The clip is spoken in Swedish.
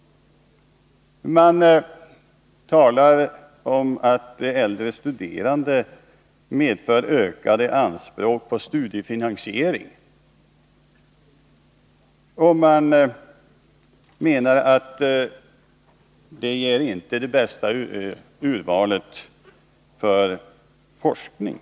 Man talar om att de äldre studerande medför ökade anspråk på studiefinansiering, och man menar att de inte ger det bästa urvalet för forskning.